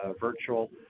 virtual